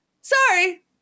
Sorry